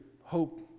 hope